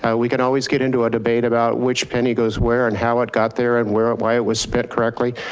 ah we can always get into a debate about which penny goes where and how it got there and where and why it was spent correctly.